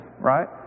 right